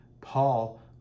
Paul